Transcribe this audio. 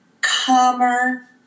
calmer